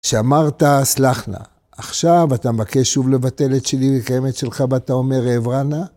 שאמרת סלח נא, עכשיו אתה מבקש שוב לבטל את שלי ולקיים את שלך ואתה אומר אעברה נא?